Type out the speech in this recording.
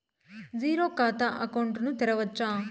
Zero ఖాతా తో account ను తెరవచ్చా?